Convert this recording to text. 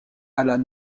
allan